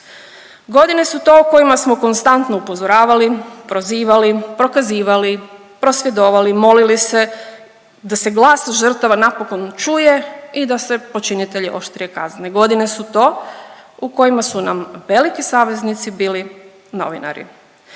Godine su to kojima smo konstantno upozoravali, prozivali, prokazivali, prosvjedovali, molili se da se glas žrtava napokon čuje i da se počinitelji oštrije kazne. Godine su to u kojima su nam veliki saveznici bili novinari.